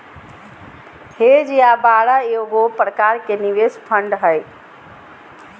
hedge या बाड़ा एगो प्रकार के निवेश फंड हय